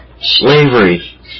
slavery